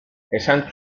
esan